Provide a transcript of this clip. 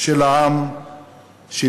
של העם שלי.